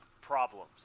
problems